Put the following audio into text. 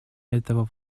этого